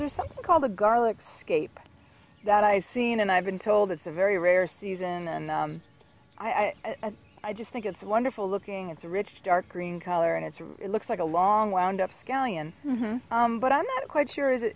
there's something called the garlic scape that i've seen and i've been told it's a very rare season and i i just think it's wonderful looking it's a rich dark green color and it's who looks like a long way round up scallion but i'm not quite sure